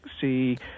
see